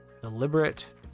deliberate